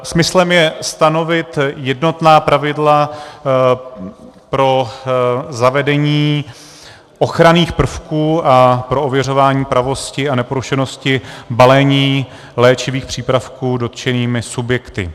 Smyslem je stanovit jednotná pravidla pro zavedení ochranných prvků pro ověřování pravosti a neporušenosti balení léčivých přípravků dotčenými subjekty.